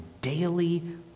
daily